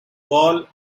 ball